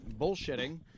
bullshitting